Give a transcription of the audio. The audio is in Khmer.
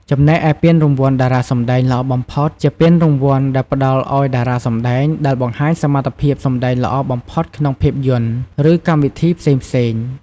ចំណែកឯពានរង្វាន់តារាសម្តែងល្អបំផុត ជាពានរង្វាន់ដែលផ្តល់ឲ្យតារាសម្តែងដែលបង្ហាញសមត្ថភាពសម្តែងល្អបំផុតក្នុងភាពយន្ត ឬកម្មវិធីផ្សេងៗ។